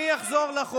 אתה מבין מה זה?